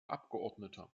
abgeordneter